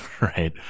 right